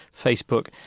Facebook